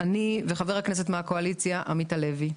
אני וחבר הכנסת מהקואליציה, עמית הלוי.